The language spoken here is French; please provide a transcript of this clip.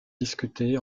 discutés